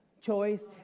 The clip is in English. choice